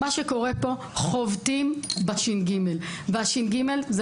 מה שקורה פה - חובטים בש"ג והש"ג זו